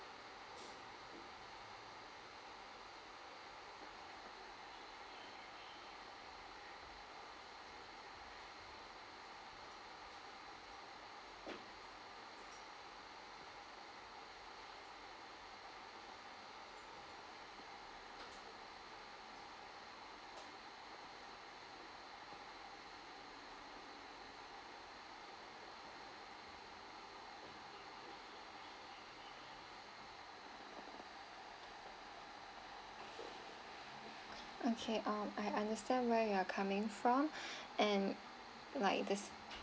okay um I understand where you are coming from and like these